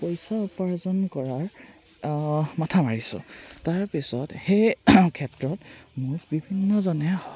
পইচা উপাৰ্জন কৰাৰ মাথা মাৰিছোঁ তাৰপিছত সেই ক্ষেত্ৰত মোক বিভিন্নজনে